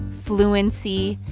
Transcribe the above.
fluency,